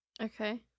Okay